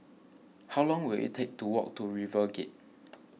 how long will it take to walk to RiverGate